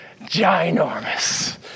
ginormous